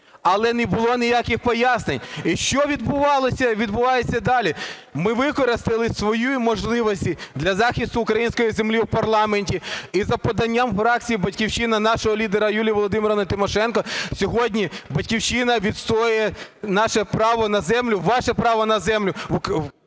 але не було ніяких пояснень. І що відбувалося, і відбувається далі? Ми використали свої можливості для захисту української землі в парламенті, і за поданням фракції "Батьківщина", і нашого лідера Юлії Володимирівни Тимошенко сьогодні "Батьківщина" відстоює наше право на землю, ваше право на землю…